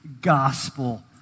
gospel